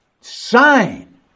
sign